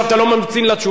עכשיו אתה לא ממתין לתשובה?